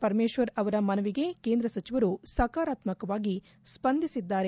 ಪರಮೇಶ್ವರ್ ಅವರ ಮನವಿಗೆ ಕೇಂದ್ರ ಸಚಿವರು ಸಕಾರಾತ್ಸಕವಾಗಿ ಸ್ಪಂದಿಸಿದ್ದಾರೆ